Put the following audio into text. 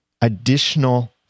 additional